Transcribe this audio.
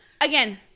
again